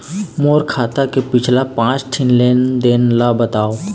मोर खाता के पिछला पांच ठी लेन देन ला बताव?